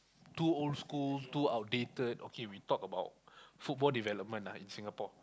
too old school too outdated okay we talk about football development lah iN_Singapore